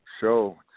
show